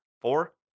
four